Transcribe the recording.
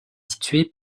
située